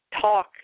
talk